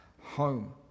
home